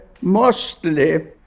mostly